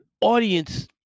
audience